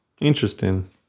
Interesting